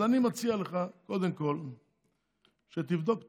אני מציע לך קודם כול שתבדוק טוב,